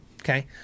okay